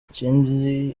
ikindi